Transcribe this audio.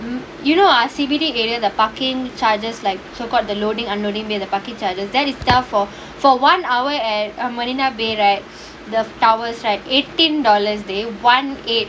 um you know ah C_B_D area the parking charges like so called the loading unloading bay the parking charges that is done for for one hour at marina bay right the towers right eighteen dollars dey one eight